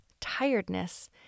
tiredness